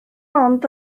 ond